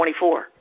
24